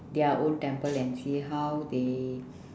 their own temple and see how they